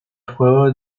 juego